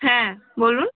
হ্যাঁ বলুন